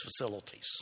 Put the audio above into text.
facilities